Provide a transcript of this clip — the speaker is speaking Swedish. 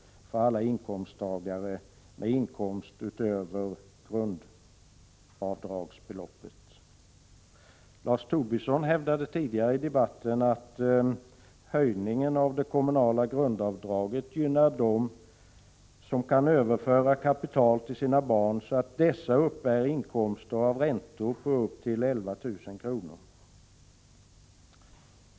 för alla inkomsttagare med inkomster utöver grundavdragsbeloppet. Lars Tobisson hävdade tidigare i debatten att höjningen av det kommunala grundavdraget gynnar dem som kan överföra kapital till sina barn så att dessa uppbär inkomster av räntor på upp till 11 000 kr.